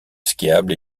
skiable